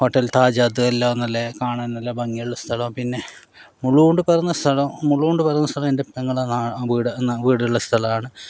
hotel Taj അതുമല്ല കാണാൻ നല്ല ഭംഗിയുള്ള സ്ഥലം പിന്നെ മുള്ളുണ്ട് പിറന്ന സ്ഥലം മുള്ളുണ്ട് പിറന്ന സ്ഥലം എൻ്റെ പെങ്ങളുടെ വീട് നാ വീടുള്ള സ്ഥലമാണ്